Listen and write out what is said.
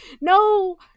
no